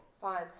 Fine